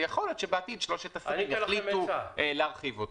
ויכול להיות שבעתיד שלושת השרים יחליטו להרחיב אותו.